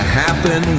happen